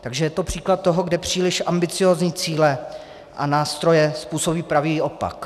Takže je to příklad toho, kde příliš ambiciózní cíle a nástroje způsobí pravý opak.